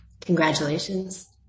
congratulations